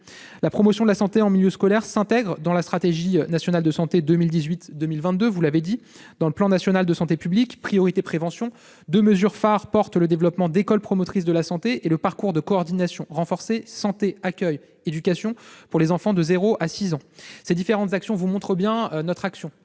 La promotion de la santé en milieu scolaire s'intègre dans la stratégie nationale de santé 2018-2022, vous l'avez dit. Dans le plan national de santé publique « priorité prévention », deux mesures phares portent le développement d'écoles promotrices de la santé et le parcours de coordination renforcée santé-accueil-éducation pour les enfants de 0 à 6 ans. Ces différentes actions vous montrent bien notre action,